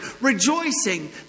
Rejoicing